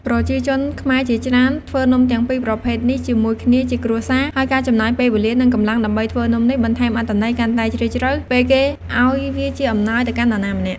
ប្រជាជនខ្មែរជាច្រើន ធ្វើនំទាំងពីរប្រភេទនេះជាមួយគ្នាជាគ្រួសារ ហើយការចំណាយពេលវេលា និងកម្លាំងដើម្បីធ្វើនំនេះបន្ថែមអត្ថន័យកាន់តែជ្រាលជ្រៅពេលគេឱ្យវាជាអំណោយទៅនរណាម្នាក់។